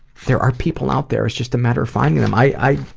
there are people out there, it's just a matter of finding them. i i